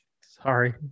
Sorry